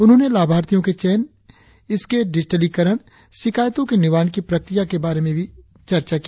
उन्होंने लाभार्थियों के चयन इसका डिजिटलीकरण शिकायतों के निवारण की प्रक्रिया के बारे में भी चर्चा की